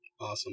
awesome